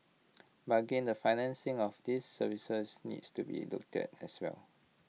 but again the financing of these services needs to be looked at as well